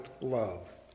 love